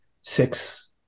six